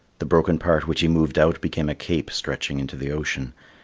the broken part which he moved out became a cape stretching into the ocean,